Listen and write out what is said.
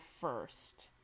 first